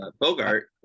Bogart